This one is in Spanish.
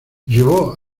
llevó